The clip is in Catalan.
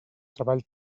treball